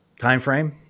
timeframe